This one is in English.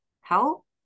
help